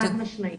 חד-משמעית.